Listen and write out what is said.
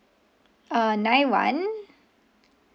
uh nine one